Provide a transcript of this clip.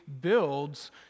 builds